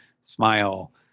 smile